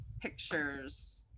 pictures